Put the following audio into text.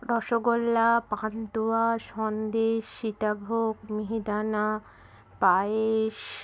rasgulla pantua sandesh sitabhog mihidana পায়েস